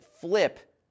flip